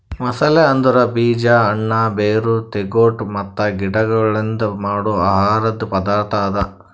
ಮಸಾಲೆ ಅಂದುರ್ ಬೀಜ, ಹಣ್ಣ, ಬೇರ್, ತಿಗೊಟ್ ಮತ್ತ ಗಿಡಗೊಳ್ಲಿಂದ್ ಮಾಡೋ ಆಹಾರದ್ ಪದಾರ್ಥ ಅದಾ